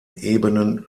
ebenen